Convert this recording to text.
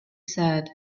said